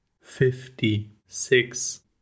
fifty-six